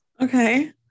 okay